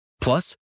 Plus